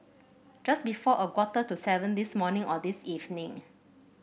just before a quarter to seven this morning or this evening